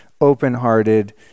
open-hearted